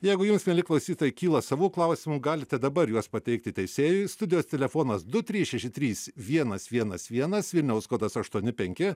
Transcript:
jeigu jums mieli klausytojai kyla savų klausimų galite dabar juos pateikti teisėjui studijos telefonas du trys šeši trys vienas vienas vienas vilniaus kodas aštuoni penki